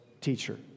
teacher